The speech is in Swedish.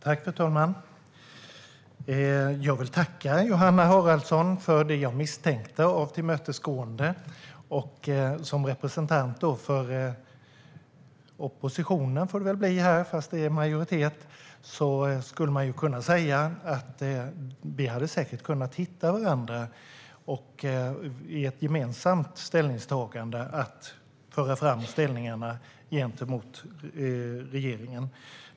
Fru talman! Jag vill tacka Johanna Haraldsson för det tillmötesgående som jag misstänkte skulle komma. Som representant för oppositionen, som det väl får bli här även om det är en majoritet, skulle jag vilja säga att vi säkert hade kunnat hitta varandra i ett gemensamt ställningstagande att föra fram gentemot regeringen.